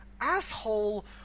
asshole